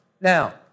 Now